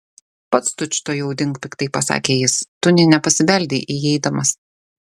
pats tučtuojau dink piktai pasakė jis tu nė nepasibeldei įeidamas